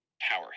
power